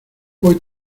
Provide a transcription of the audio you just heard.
hoy